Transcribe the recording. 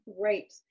great